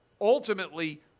ultimately